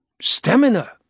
Stamina